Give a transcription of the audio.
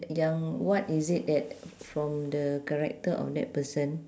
yang what is it that from the character of that person